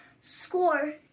score